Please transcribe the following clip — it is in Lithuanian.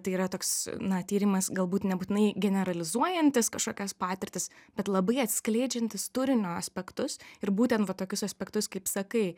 tai yra toks na tyrimas galbūt nebūtinai generalizuojantis kažkokias patirtis bet labai atskleidžiantis turinio aspektus ir būtent va tokius aspektus kaip sakai